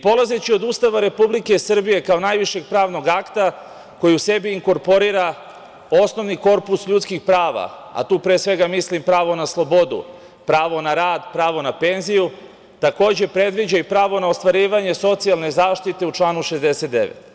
Polazeći od Ustava Republike Srbije kao najvišeg pravnog akta koji u sebi inkorporira osnovni korpus ljudskih prava, a tu pre svega mislim na pravo na slobodu, pravo na rad, pravo na penziju takođe predviđa i pravo na ostvarivanje socijalne zaštite u članu 69.